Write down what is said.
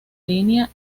línea